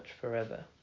forever